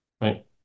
right